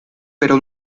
pero